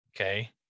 Okay